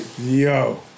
Yo